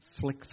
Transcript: flick